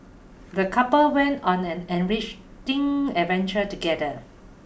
the couple went on an enriching adventure together